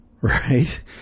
right